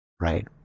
right